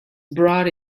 brought